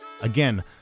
Again